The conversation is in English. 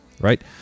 right